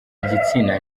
igitsina